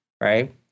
right